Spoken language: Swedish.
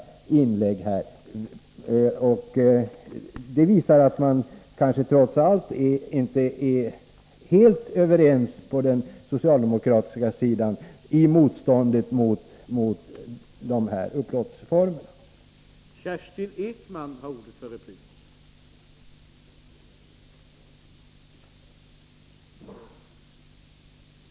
Det visar att man kanske trots allt inte är helt överens på den socialdemokra Nr 45 tiska sidan i motståndet mot de här upplåtelseformerna. Tisdagen den